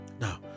Now